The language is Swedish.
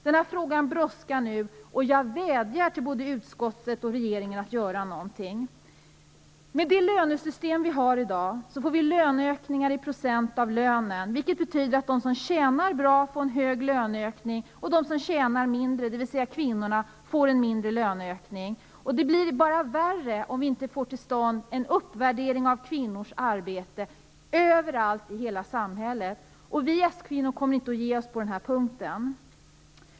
Det brådskar nu med den här frågan, och jag vädjar till både utskottet och regeringen att göra någonting. Med det lönesystem som vi i dag har får vi löneökningar i procent av lönen, vilket betyder att de som tjänar bra får en hög löneökning och de som tjänar mindre, dvs. kvinnorna, får en mindre löneökning. Det blir bara värre om det inte sker en uppvärdering av kvinnors arbete överallt i hela samhället. Vi skvinnor kommer inte att ge oss på den här punkten.